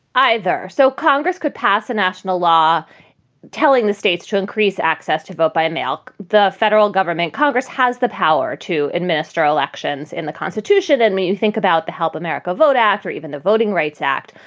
either. so congress could pass a national law telling the states to increase access to vote by mail. the federal government. congress has the power to administer elections in the constitution. and may you think about the help america vote act or even the voting rights act.